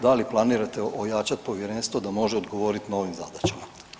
Da li planirate ojačati povjerenstvo da može odgovoriti novim zadaćama?